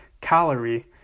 Calorie